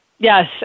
Yes